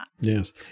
Yes